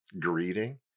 greeting